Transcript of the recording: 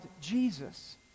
Jesus